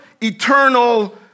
eternal